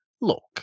look